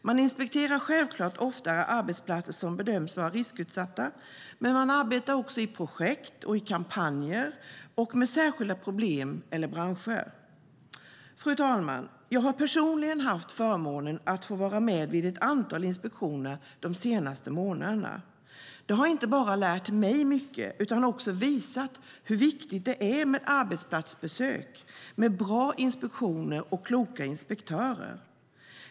Man inspekterar självklart oftare arbetsplatser som bedöms vara riskutsatta, men man arbetar också i projekt och kampanjer och med särskilda problem och branscher. Fru talman! Jag har personligen haft förmånen att få vara med vid ett antal inspektioner de senaste månaderna. Det har inte bara lärt mig mycket utan också visat hur viktigt det är med arbetsplatsbesök, bra inspektioner och kloka inspektörer.